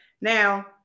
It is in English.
Now